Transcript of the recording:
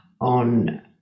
on